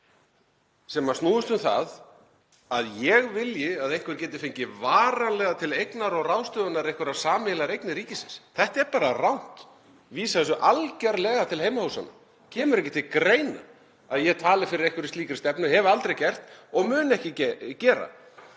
sem snúist um það að ég vilji að einhver geti fengið varanlega til eignar og ráðstöfunar einhverjar sameiginlegar eignir ríkisins. Þetta er bara rangt, ég vísa þessu algerlega til heimahúsanna. Kemur ekki til greina að ég tali fyrir einhverri slíkri stefnu, hef aldrei gert það og mun ekki gera.